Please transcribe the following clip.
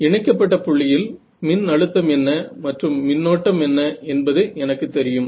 இணைக்கப்பட்ட புள்ளியில் மின் அழுத்தம் என்ன மற்றும் மின்னோட்டம் என்ன என்பது எனக்குத் தெரியும்